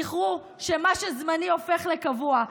זכרו שמה שזמני הופך לקבוע.